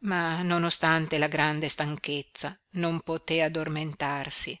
ma nonostante la grande stanchezza non poté addormentarsi